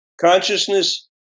Consciousness